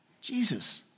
Jesus